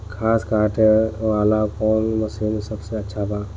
घास काटे वाला कौन मशीन सबसे अच्छा बा?